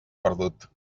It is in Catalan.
perdut